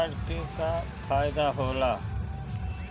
Credit card के का फायदा होला?